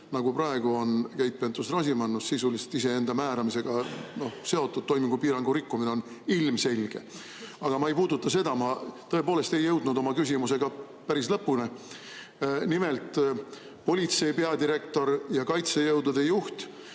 nagu praegu on Keit Pentus-Rosimannus. Sisuliselt iseenda määramisega seotud toimingupiirangu rikkumine on ilmselge. Aga ma ei puuduta seda. Ma tõepoolest ei jõudnud oma küsimusega päris lõpule. Nimelt, politsei peadirektor ja kaitsejõudude juht